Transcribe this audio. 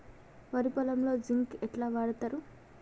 వరి పొలంలో జింక్ ఎట్లా వాడుతరు?